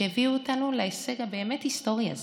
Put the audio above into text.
הביאו אותנו להישג הבאמת-היסטורי הזה.